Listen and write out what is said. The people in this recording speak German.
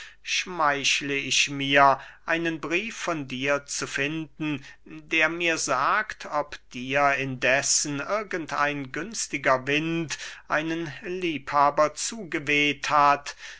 schmeichle ich mir einen brief von dir zu finden der mir sagt ob dir indessen irgend ein günstiger wind einen liebhaber zugeweht hat